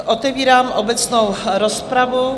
Otevírám obecnou rozpravu.